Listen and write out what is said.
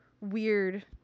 weird